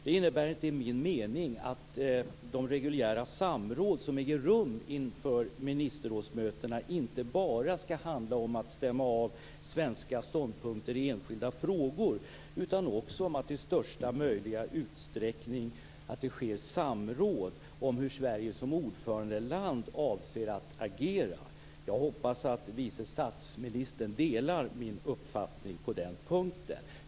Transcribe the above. Det innebär enligt min mening att de reguljära samråd som äger rum inför ministerrådsmötena inte bara skall handla om att stämma av svenska ståndpunkter i enskilda frågor utan också om att det i största möjliga utsträckning sker samråd om hur Sverige som ordförandeland avser att agera. Jag hoppas att vice statsministern delar min uppfattning på den punkten.